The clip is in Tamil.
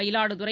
மயிலாடுதுறை